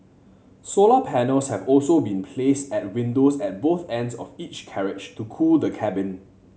solar panels have also been placed at windows at both ends of each carriage to cool the cabin